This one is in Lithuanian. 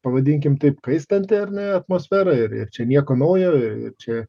pavadinkim taip kaistanti ar ne atmosfera ir ir čia nieko naujo ir čia